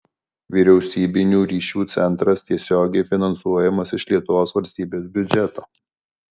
vyriausybinių ryšių centras tiesiogiai finansuojamas iš lietuvos valstybės biudžeto